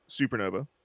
supernova